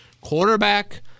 quarterback